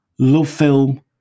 Lovefilm